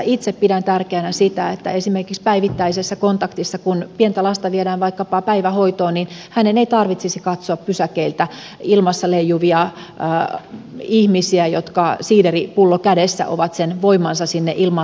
itse pidän tärkeänä sitä että esimerkiksi päivittäisessä kontaktissa kun pientä lasta viedään vaikkapa päivähoitoon hänen ei tarvitsisi katsoa pysäkeillä ilmassa leijuvia ihmisiä jotka siideripullo kädessä ovat sen voimansa siihen ilmassa leijumiseen saaneet